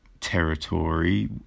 territory